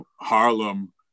Harlem